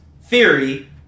theory